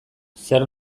zer